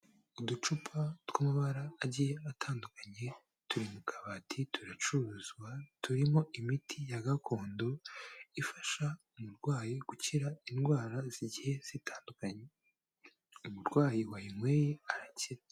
Uducupa tw'amabara agiye atandukanye turi mu kabati turacuruzwa, turimo imiti ya gakondo, ifasha umurwayi gukira indwara zigiye zitandukanye, umurwayi wayinyweye arakira.